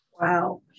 Wow